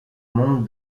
monde